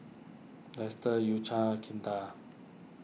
Dester U Cha Kinder